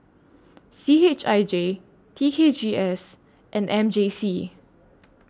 C H I J T K G S and M J C